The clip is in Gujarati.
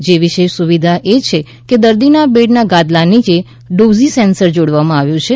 જેમાં વિશેષ સુવિધા એ છે કે દર્દીના બેડના ગાદલા નીચે ડોઝિ સેન્સર જોડવામાં આવ્યું છે